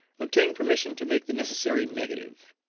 obtained permission to make the necessary negative.